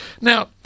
Now